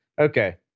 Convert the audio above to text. Okay